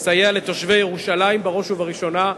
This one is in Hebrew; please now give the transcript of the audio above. לסייע לתושבי ירושלים, בראש ובראשונה,